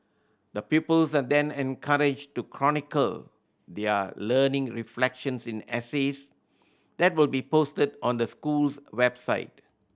the pupils are then encouraged to chronicle their learning reflections in essays that will be posted on the school's website